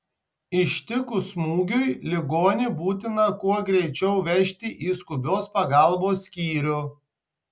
ištikus smūgiui ligonį būtina kuo greičiau vežti į skubios pagalbos skyrių